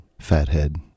Fathead